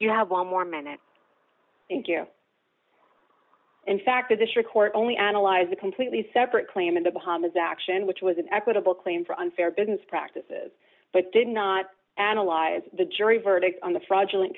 you have one more minute thank you in fact a district court only analyzed a completely separate claim in the bahamas action which was an equitable claim for unfair business practices but did not analyze the jury verdict on the fraudulent